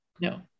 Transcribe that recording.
no